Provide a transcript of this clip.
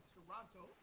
Toronto